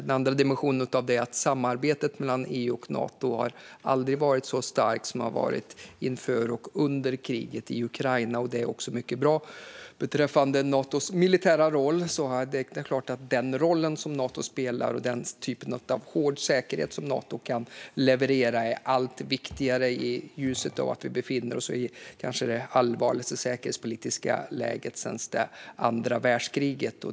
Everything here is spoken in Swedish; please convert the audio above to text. Den andra dimensionen av detta är att samarbetet mellan EU och Nato aldrig har varit så starkt som det har varit inför och under kriget i Ukraina, och det är också mycket bra. Det andra handlar om Natos militära roll. Den roll Nato spelar och den typen av hård säkerhet som Nato kan leverera blir självklart allt viktigare i ljuset av att vi befinner oss i det kanske allvarligaste säkerhetspolitiska läget sedan andra världskriget.